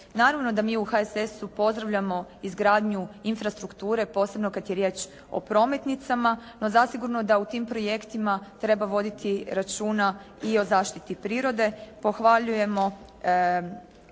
Naravno da mi u HSS-u pozdravljamo izgradnju infrastrukture posebno kada je riječ o prometnicama, no zasigurno da u tim projektima treba voditi računa i o zaštiti prirode.